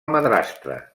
madrastra